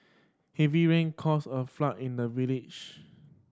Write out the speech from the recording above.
heavy rain caused a flood in the village